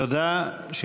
תודה.